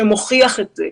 שמוכיח את זה,